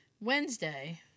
Wednesday